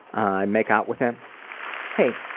i make out with them hey.